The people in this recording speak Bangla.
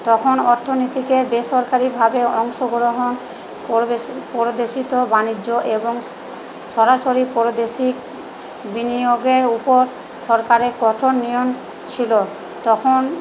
তখন অর্থনীতিকে বেসরকারিভাবে অংশগ্রহণ পরদেশিত বাণিজ্য এবং সরাসরি পরদেশি বিনিয়োগের উপর সরকারের কঠোর নিয়ম ছিল তখন